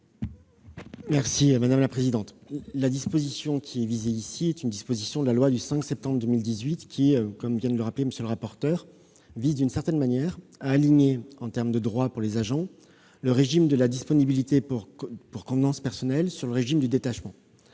l'avis du Gouvernement ? La mesure visée ici est une disposition de la loi du 5 septembre 2018 qui, comme vient de le rappeler M. le rapporteur, vise, d'une certaine manière, à aligner, en termes de droits pour les agents, le régime de la disponibilité pour convenances personnelles sur celui du détachement.